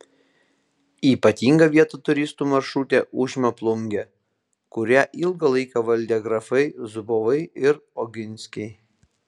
ypatingą vietą turistų maršrute užima plungė kurią ilgą laiką valdė grafai zubovai ir oginskiai